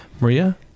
Maria